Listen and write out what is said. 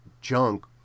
junk